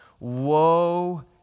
Woe